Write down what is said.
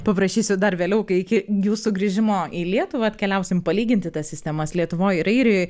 paprašysiu dar vėliau kai iki jūsų grįžimo į lietuvą atkeliausim palyginti tas sistemas lietuvoj ir airijoj